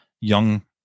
young